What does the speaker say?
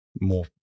more